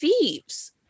thieves